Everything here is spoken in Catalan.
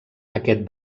aquest